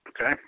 Okay